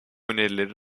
önerileri